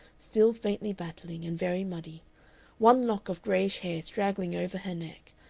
still faintly battling and very muddy one lock of grayish hair straggling over her neck,